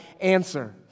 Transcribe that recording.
answer